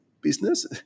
business